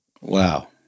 Wow